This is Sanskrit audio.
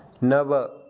नव